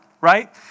right